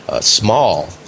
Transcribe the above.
small